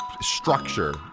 structure